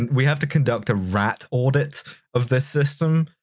we have to conduct a rat audit of this system.